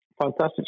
Fantastic